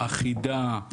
אחידה,